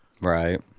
Right